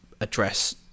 address